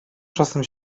czasem